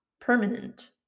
permanent